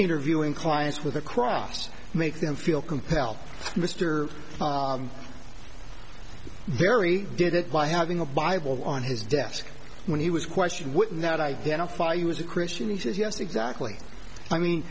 interviewing clients with a cross makes them feel compelled mister very did it by having a bible on his desk when he was questioned would not identify you as a christian he says yes exactly i mean